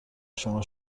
شما